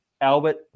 Albert